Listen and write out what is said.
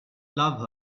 love